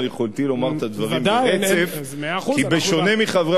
אדוני הסגן לשעבר,